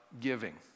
giving